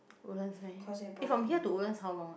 Woodlands meh from here to Woodlands how long ah